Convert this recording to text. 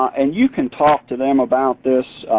and you can talk to them about this,